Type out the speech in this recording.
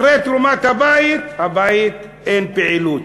אחרי תרומת הבית אין פעילות,